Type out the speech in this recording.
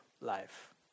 life